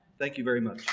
thank you very much.